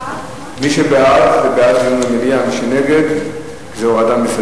הנושא בסדר-היום של הכנסת נתקבלה.